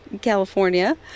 California